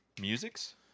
Musics